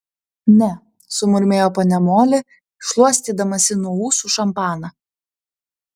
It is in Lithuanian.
ne sumurmėjo ponia moli šluostydamasi nuo ūsų šampaną